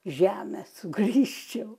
žemę sugrįžčiau